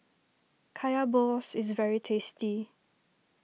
Kaya Balls is very tasty